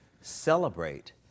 celebrate